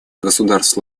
государств